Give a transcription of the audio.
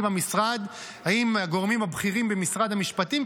במשרד עם הגורמים הבכירים במשרד המשפטים,